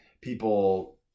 people